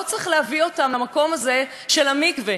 לא צריך להביא אותם למקום הזה, של המקווה.